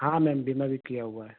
हाँ मैम बीमा भी किया हुआ है